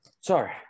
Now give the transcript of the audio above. Sorry